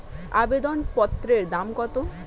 আবেদন পত্রের দাম কত?